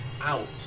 out